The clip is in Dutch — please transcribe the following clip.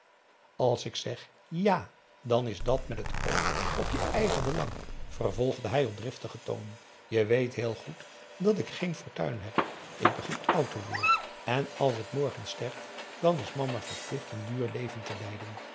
als ik zeg ja dan is dat met het oog op je eigen belang vervolgde hij op driftigen toon je weet heel goed dat ik geen fortuin heb ik begin oud te worden en als ik morgen sterf dan is mama verplicht een duur leven te lijden